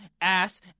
ass